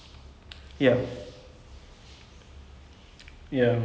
but in actual fact is actually aravind swamy for me is the one who found it out